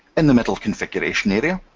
in the middle configuration area,